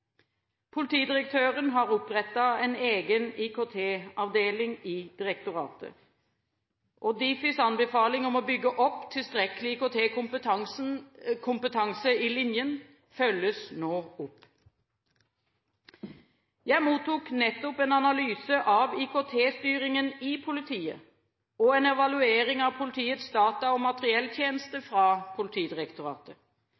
Politidirektøren har opprettet en egen IKT-avdeling i direktoratet, og Difis anbefaling om å bygge opp tilstrekkelig IKT-kompetanse i linjen følges nå opp. Jeg mottok nettopp en analyse av IKT-styringen i politiet og en evaluering av politiets data- og